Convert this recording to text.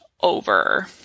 over